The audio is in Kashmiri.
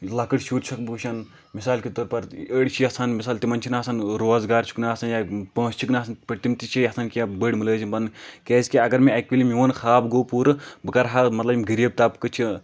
لۄکٕٹۍ شُرۍ چھُ سکھ بہٕ وٕچھان مِثال کے طور پر أڈۍ چھِ یَژھان مِثال تِمَن چھِ نہٕ آسان روزگار چھُکھ نہٕ آسان یا پٲنٛسہٕ چھِکھ نہٕ آسان تِتھ پٲٹھۍ تِم تہِ چھِ یَژھان کینٛہہ بٕڈۍ مُلٲزِم بَنٕنۍ کیازِکِہ اَگر مےٚ اَکِہ وِلہِ میون خاب گوٚو پوٗرٕ بہٕ کَرٕ ہا مَطلب یِم غٔریٖب طبقہٕ چھِ